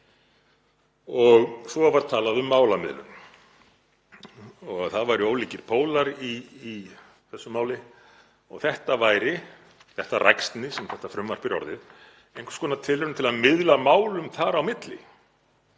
Svo var talað um málamiðlun og að það væru ólíkir pólar í þessu máli og þetta ræksni sem þetta frumvarp er orðið væri einhvers konar tilraun til að miðla málum þar á milli.